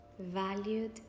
valued